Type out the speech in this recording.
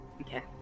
Okay